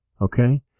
Okay